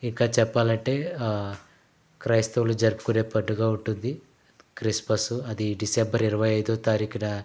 ఇంకా చెప్పాలంటే క్రైస్తవులు జరుపుకునే పండుగ ఉంటుంది క్రిస్మస్ అది డిసెంబర్ ఇరవై ఐదో తారీఖున